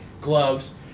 gloves